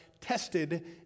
tested